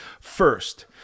First